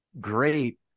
great